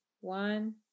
one